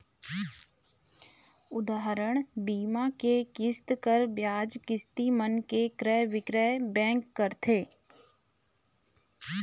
उदाहरन, बीमा के किस्त, कर, बियाज, किस्ती मन के क्रय बिक्रय बेंक करथे